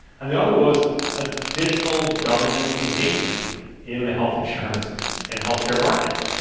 and the other was ah additional government engagement in the health insurance and health care markets.